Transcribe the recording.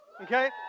Okay